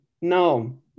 No